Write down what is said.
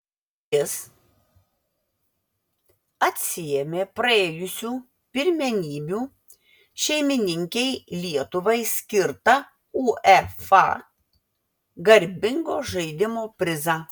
jis atsiėmė praėjusių pirmenybių šeimininkei lietuvai skirtą uefa garbingo žaidimo prizą